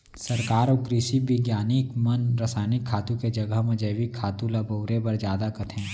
सरकार अउ कृसि बिग्यानिक मन रसायनिक खातू के जघा म जैविक खातू ल बउरे बर जादा कथें